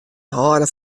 hâlde